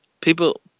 People